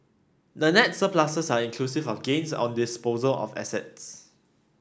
the net surpluses are inclusive of gains on disposal of assets